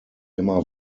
immer